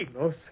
No